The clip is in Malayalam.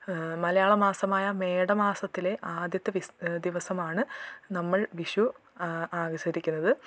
മലയാള മാസമായ മേട മാസത്തിലെ ആദ്യത്തെ ദിവസമാണ് നമ്മൾ വിഷു ആ ആചരിക്കുന്നത്